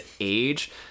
age